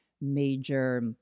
major